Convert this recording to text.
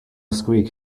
squeak